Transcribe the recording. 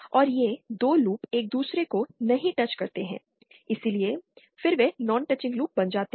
और ये 2 लूप एक दूसरे को नहीं टच करते हैं इसलिए फिर वे नॉन टचिंग लूप बन जाते हैं